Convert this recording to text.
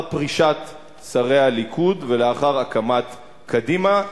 פרישת שרי הליכוד ולאחר הקמת קדימה.